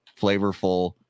flavorful